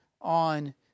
on